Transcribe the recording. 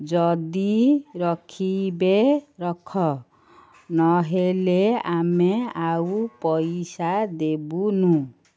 ଯଦି ରଖିବେ ରଖ ନହେଲେ ଆମେ ଆଉ ପଇସା ଦେବୁନୁ